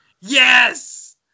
Yes